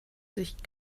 sich